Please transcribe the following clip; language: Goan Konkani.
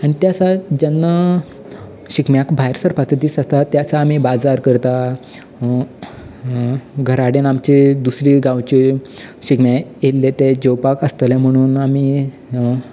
आनी त्या दिसाक जेन्ना शिगम्याक भायर सरपाचो दीस आसता त्या दिसा आमी बाजार करता घरा डेन आमचे दुसरे गांवचे शिगम्या येयल्ले ते जेवपाक आसतले म्हूण आमी